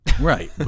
Right